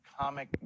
comic